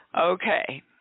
Okay